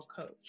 coach